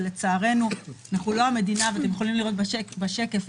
אתם יכולים לראות בשקף,